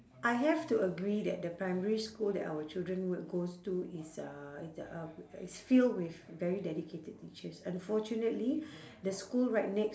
I have to agree that the primary school that our children would goes to is uh is uh it's filled with very dedicated teachers unfortunately the school right next